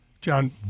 John